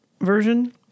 version